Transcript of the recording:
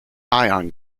ion